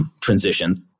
transitions